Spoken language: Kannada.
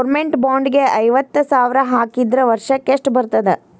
ಗೊರ್ಮೆನ್ಟ್ ಬಾಂಡ್ ಗೆ ಐವತ್ತ ಸಾವ್ರ್ ಹಾಕಿದ್ರ ವರ್ಷಕ್ಕೆಷ್ಟ್ ಬರ್ತದ?